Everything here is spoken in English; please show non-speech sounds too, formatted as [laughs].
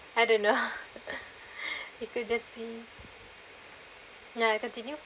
I don't know [laughs] it could just be ya continue